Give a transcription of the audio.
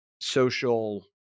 social